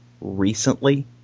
recently